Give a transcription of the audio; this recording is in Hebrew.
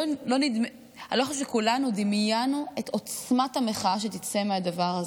אני לא חושבת שכולנו דמיינו את עוצמת המחאה שתצא מהדבר הזה,